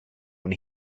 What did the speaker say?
when